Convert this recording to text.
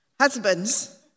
Husbands